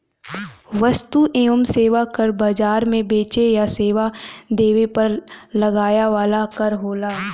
वस्तु एवं सेवा कर बाजार में बेचे या सेवा देवे पर लगाया वाला कर होला